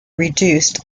reduced